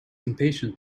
impatient